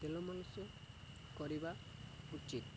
ତେଲ ମାଲିସ୍ କରିବା ଉଚିତ